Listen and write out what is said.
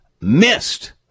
missed